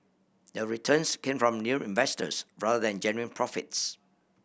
the returns came from new investors rather than genuine profits